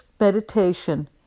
meditation